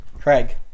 Craig